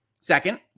Second